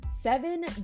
seven